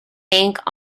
bank